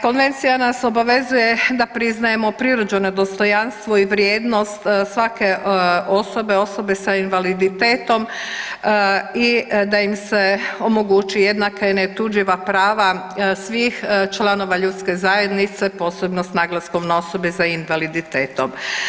Konvencija nas obavezuje da priznajemo prirođeno dostojanstvo i vrijednost svake osobe, osobe s invaliditetom i da im se omoguće jednaka i neotuđiva prava svih članova ljudske zajednice, posebno s naglaskom na osobe s invaliditetom.